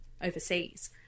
overseas